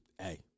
Hey